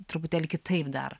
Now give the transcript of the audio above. truputėlį kitaip dar